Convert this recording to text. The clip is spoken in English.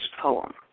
poem